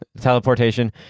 teleportation